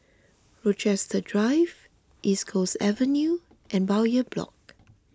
Rochester Drive East Coast Avenue and Bowyer Block